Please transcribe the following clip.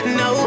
no